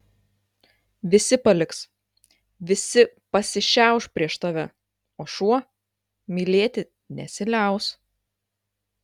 visi paliks visi pasišiauš prieš tave o šuo mylėti nesiliaus